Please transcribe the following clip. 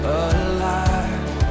alive